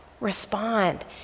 respond